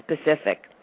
specific